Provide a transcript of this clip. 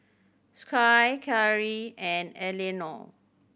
Skye Karrie and Eleanore